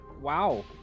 wow